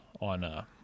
on